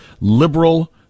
liberal